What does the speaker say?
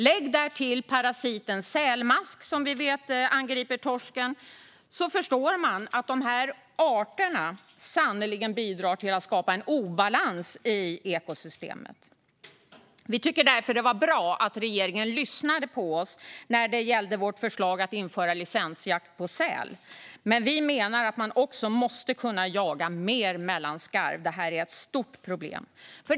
Lägger man till parasiten sälmask som angriper torsken förstår man att dessa arter sannerligen bidrar till att skapa obalans i ekosystemet. Vi tycker därför att det var bra att regeringen lyssnade på oss när det gällde vårt förslag att införa licensjakt på säl. Men vi menar att man också måste kunna jaga mer mellanskarv. Det här är ett stort problem.